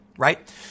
right